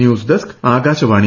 news desk Akashvani